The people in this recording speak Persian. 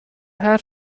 حرف